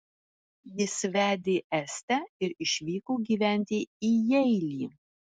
jis vedė estę ir išvyko gyventi į jeilį